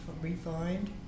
refined